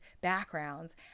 backgrounds